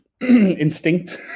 instinct